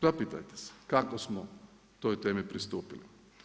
Zapitajte se kako smo toj temi pristupili.